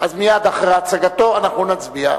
אזי מייד אחרי הצגתו אנחנו נצביע.